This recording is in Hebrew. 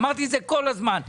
אמרתי את זה כל הזמן.